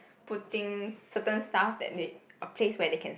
putting certain stuff that they a place where they can